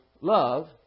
love